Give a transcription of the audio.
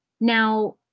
Now